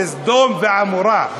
זה סדום ועמורה,